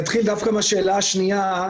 אתחיל דווקא מהשאלה השנייה.